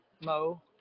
Mo